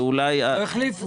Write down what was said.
לא החליפו.